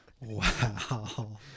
Wow